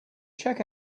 check